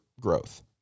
growth